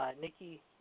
Nikki